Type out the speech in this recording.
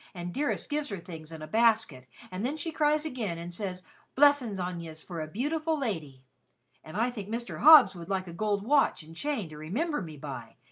and dearest gives her things in a basket, and then she cries again, and says blessin's be on yez, for a beautiful lady and i think mr. hobbs would like a gold watch and chain to remember me by,